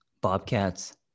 bobcats